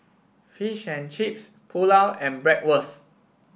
Fish and Chips Pulao and Bratwurst